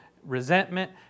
Resentment